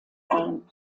ein